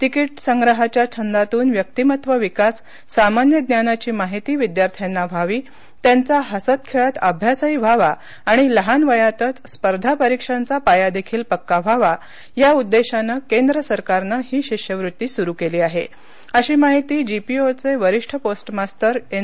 ticket संग्रहाच्या छंदातून व्यक्तिमत्त्व विकास सामान्य ज्ञानाची माहिती विद्यार्थ्यांना व्हावी त्यांचा हसत खेळत अभ्यासही व्हावा आणि लहान वयातच स्पर्धा परीक्षांचा पाया देखील पक्का व्हावा या उद्देशाने केंद्र सरकारने ही शिष्यवृत्ती सुरू केली आहे अशी माहिती जीपीओचे वरीष्ठ पोस्ट मास्तर एऩ